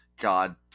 God